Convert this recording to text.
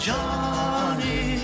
Johnny